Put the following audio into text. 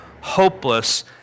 hopeless